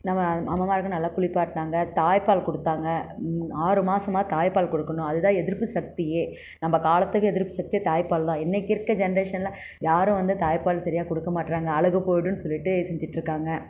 நம்ம அம்மாமார்ங்க நல்லா குளிப்பாட்டினாங்க தாய்ப்பால் கொடுத்தாங்க ஆறு மாதமா தாய்ப்பால் கொடுக்குணும் அதுதான் எதிர்ப்பு சக்தியே நம்ம காலத்துக்கும் எதிர்ப்பு சக்தியே தாய்ப்பால்தான் இன்னிக்கு இருக்க ஜென்ட்ரேஷனெலாம் யாரும் வந்து தாய்ப்பால் சரியாக கொடுக்க மாட்டேறாங்க அழகு போய்விடுன்னு சொல்லிகிட்டு செஞ்சிகிட்ருக்காங்க